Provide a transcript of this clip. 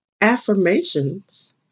Affirmations